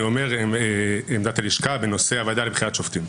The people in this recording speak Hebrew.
אומר הם עמדת הלשכה בנושא הוועדה לבחירת שופטים.